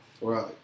right